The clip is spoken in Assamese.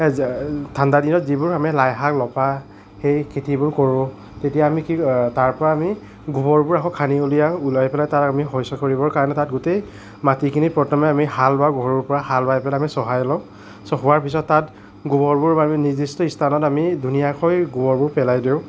ঠাণ্ডা দিনত আমি যিবোৰ লাই শাক লফা সেই খেতিবোৰ কৰোঁ তেতিয়া আমি কি তাৰ পৰা আমি গোবৰবোৰ আকৌ খান্দি উলিয়াও ওলাই পেলাই তাৰ আমি শস্য কৰিবৰ কাৰণে তাত গোটেই মাটিখিনি প্ৰথমে আমি হাল বাই গৰুৰ পৰা হাল বাই পেলাই আমি চহাই লওঁ চহোৱাৰ পিছত তাত গোবৰবোৰ আমি নিৰ্দিষ্ট স্থানত আমি ধুনীয়াকৈ গোবৰবোৰ পেলাই দিওঁ